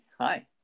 hi